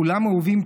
כולם אהובים,